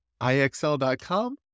IXL.com